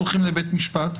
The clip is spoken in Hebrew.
הולכים לבית משפט,